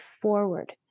forward